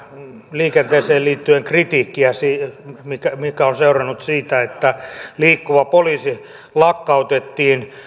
liikenteeseen liittyen kritiikkiä mikä mikä on seurannut siitä että liikkuva poliisi lakkautettiin